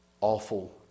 awful